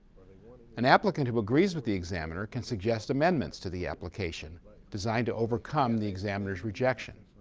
an applicant who agrees with the examiner can suggest amendments to the application designed to overcome the examiner's rejection.